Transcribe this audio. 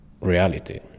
reality